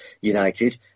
United